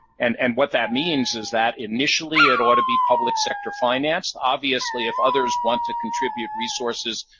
and and what that means is that initially, it ought to be public sector financed. obviously, if others want to contribute resources,